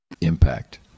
impact